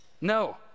no